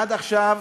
עד עכשיו